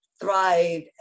thrive